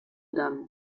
dame